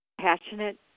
passionate